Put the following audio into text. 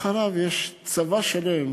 מאחוריו יש צבא שלם